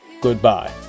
Goodbye